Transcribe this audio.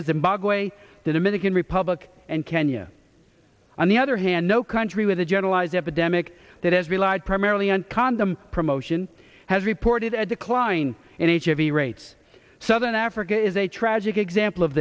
zimbabwe the dominican republic and kenya on the other hand no country with a generalized epidemic that has relied primarily on condom promotion has reported a decline in each of the rates southern africa is a tragic example of